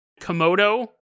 komodo